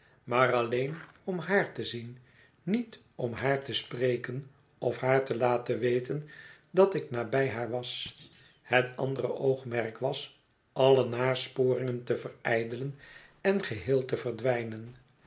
maar alleen om haar te zien niet om haar te spreken of haar te laten weten dat ik nabij haar was het andere oogmerk was alle nasporingen te verijdelen en geheel te verdwijnen